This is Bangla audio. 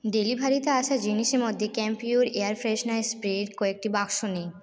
ডেলিভারিতে আসা জিনিসের মধ্যে ক্যাম্পিওর এয়ার ফ্রেশনার স্প্রের কয়েকটি বাক্স নেই